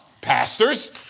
Pastors